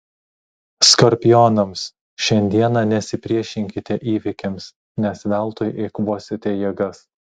skorpionams šiandieną nesipriešinkite įvykiams nes veltui eikvosite jėgas